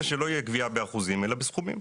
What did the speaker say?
שלא תהיה גבייה באחוזים אלא בסכומים.